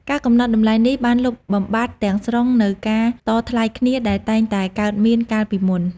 ការកំណត់តម្លៃនេះបានលុបបំបាត់ទាំងស្រុងនូវការតថ្លៃគ្នាដែលតែងតែកើតមានកាលពីមុន។